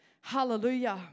Hallelujah